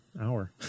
hour